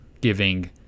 giving